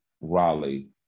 Raleigh